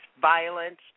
violence